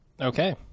Okay